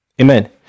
Amen